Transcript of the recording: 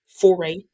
foray